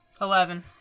Eleven